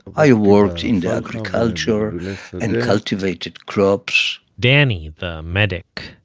i worked in the agriculture and cultivated crops danny, the medic,